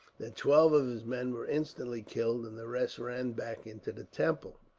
that twelve of his men were instantly killed, and the rest ran back into the temple.